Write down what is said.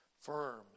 firm